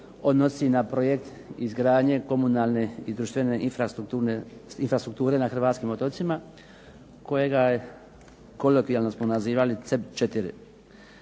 odnosi na projekt izgradnje komunalne i društvene infrastrukture na Hrvatskim otocima kojega smo kolokvijalno nazivali CEP 4.